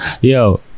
Yo